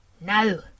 No